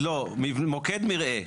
לא, מוקד מרעה.